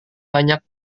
banyak